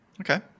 Okay